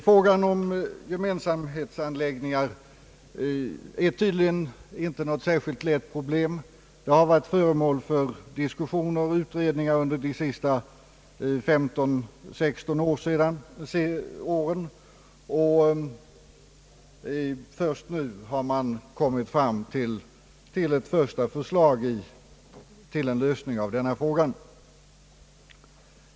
Frågan om gemensamhetsanläggningar är tydligen inte något särskilt lätt problem. Den har varit föremål för diskussioner och utredningar under de senaste femton— sexton åren, och först nu har man kommit fram till ett första förslag om lösning av denna fråga.